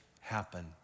happen